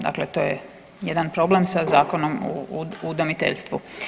Dakle, to je jedan problem sa Zakonom o udomiteljstvu.